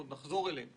עוד נחזור אליהם